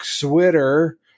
Twitter